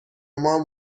مام